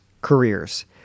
careers